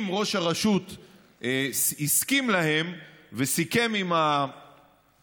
אם ראש הרשות הסכים להן וסיכם עם המשטרה,